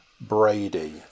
Brady